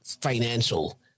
financial